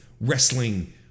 wrestling